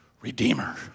redeemer